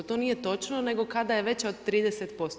To nije točno, nego kada je veća od 30%